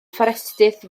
fforestydd